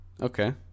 Okay